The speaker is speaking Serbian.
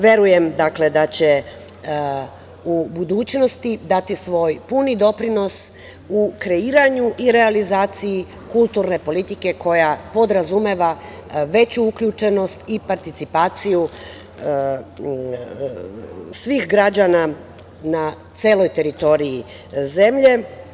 Verujem, dakle, da će u budućnosti dati svoj puni doprinos u kreiranju i realizaciji kulturne politike koja podrazumeva veću uključenost i participaciju svih građana na celoj teritoriji zemlje.